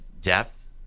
depth